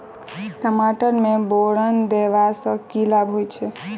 टमाटर मे बोरन देबा सँ की लाभ होइ छैय?